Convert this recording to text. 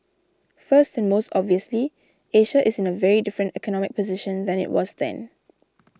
first and most obviously Asia is in a very different economic position than it was then